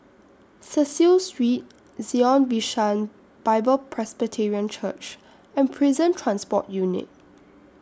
Cecil Street Zion Bishan Bible Presbyterian Church and Prison Transport Unit